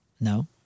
No